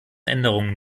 änderungen